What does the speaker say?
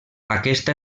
aquesta